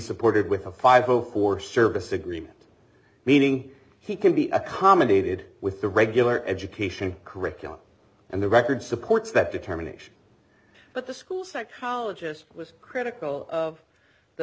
supported with a five zero four service agreement meaning he can be accommodated with the regular education curriculum and the record supports that determination but the school psychologist was critical of the